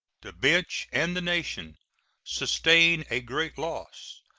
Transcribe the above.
the bench, and the nation sustain a great loss,